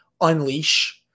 unleash